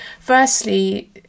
firstly